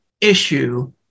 issue